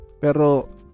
Pero